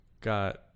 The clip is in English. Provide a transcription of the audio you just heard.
got